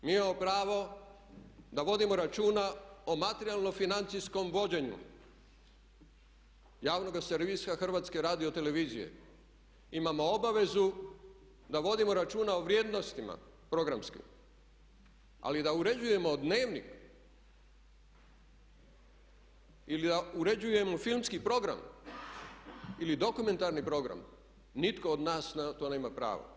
Mi imamo pravo da vodimo računa o materijalno financijskom vođenju javnoga servisa HRT-a, imamo obavezu da vodimo računa o vrijednostima programskim ali da uređujemo Dnevnik ili da uređujemo filmski program ili dokumentarni program nitko od nas na to nema pravo.